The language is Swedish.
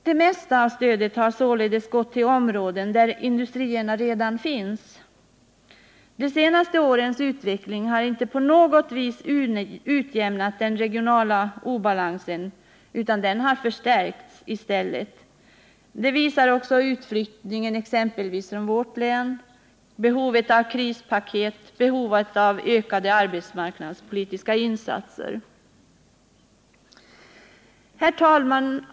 Det mesta av stödet har således gått till områden där industrierna redan finns. De senaste årens utveckling har inte på något vis utjämnat den regionala obalansen, utan den har förstärkts i stället. Det visar också utflyttningen exempelvis från vårt län, Norrbottens län, behovet av krispaket och behovet av ökade arbetsmarknadspolitiska insatser. Herr talman!